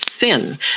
sin